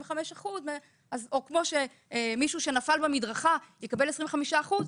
25 אחוזים או כמו מישהו שנפל במדרכה והוא מקבל 25 אחוזים,